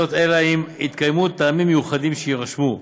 אלא אם כן התקיימו טעמים מיוחדים, שיירשמו,